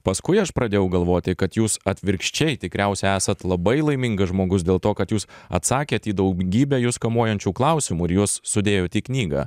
paskui aš pradėjau galvoti kad jūs atvirkščiai tikriausiai esat labai laimingas žmogus dėl to kad jūs atsakėt į daugybę jus kamuojančių klausimų ir juos sudėjot į knygą